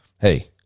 Hey